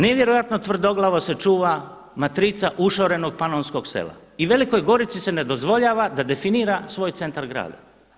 Nevjerojatna tvrdoglavo se čuva matrica ušorenog panonskog sela i Velikoj Gorici se ne dozvoljava da definira svoj centar grada.